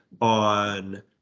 on